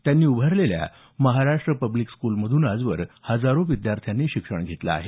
त्यांनी उभारलेल्या महाराष्ट्र पब्लिक स्कूलमधून आजवर हजारो विद्यार्थ्यांनी शिक्षण घेतलं आहे